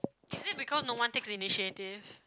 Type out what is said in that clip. is it because no one takes initiative